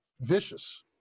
vicious